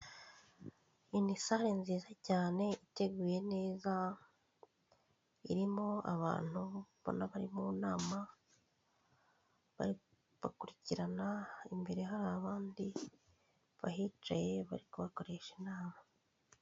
Iyi ni sale nziza cyane iteguye neza, irimo abantu ubona bari mu inama, barikubakurikirana, imbere hari abandi bahicaye bari kubakoresha inama.